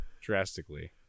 drastically